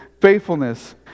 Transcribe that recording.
faithfulness